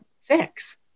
fix